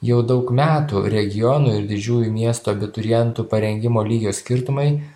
jau daug metų regionų ir didžiųjų miestų abiturientų parengimo lygio skirtumai